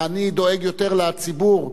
אני דואג יותר לציבור.